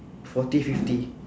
forty fifty